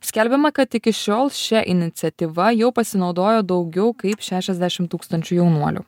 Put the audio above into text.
skelbiama kad iki šiol šia iniciatyva jau pasinaudojo daugiau kaip šešiasdešim tūkstančių jaunuolių